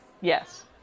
Yes